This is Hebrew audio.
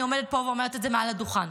אני עומדת פה ואומרת את זה מעל הדוכן,